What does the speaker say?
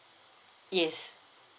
yes